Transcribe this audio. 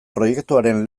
proiektuaren